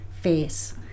face